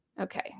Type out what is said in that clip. Okay